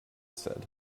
said